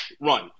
run